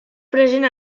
present